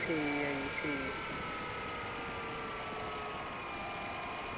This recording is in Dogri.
ठीक ऐ जी ठीक